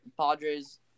Padres